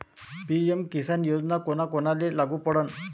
PM Kisan योजना कोना कोनाले लागू पडन?